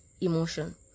emotion